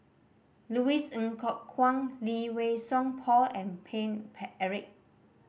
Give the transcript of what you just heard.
Louis Ng Kok Kwang Lee Wei Song Paul and Paine Eric